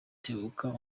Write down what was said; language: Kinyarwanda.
tebuka